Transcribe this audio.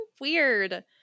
weird